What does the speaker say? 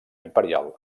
imperial